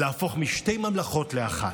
להפוך משתי ממלכות לאחת.